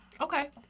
Okay